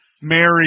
Mary